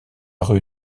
rue